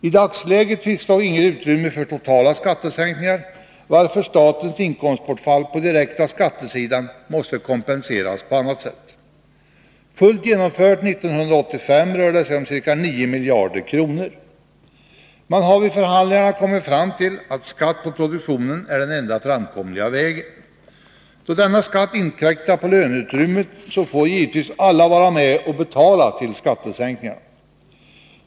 I dagsläget finns dock inget utrymme för totala skattesänkningar, varför statens inkomstbortfall på den direkta skattesidan måste kompenseras på annat sätt. Fullt genomfört 1985 rör det sig om ca 9 miljarder kronor. Man har vid förhandlingarna kommit fram till att skatt på produktionen är den enda framkomliga vägen. Då denna skatt inkräktar på löneutrymmet, får givetvis alla vara med och betala till skattesänkningarna.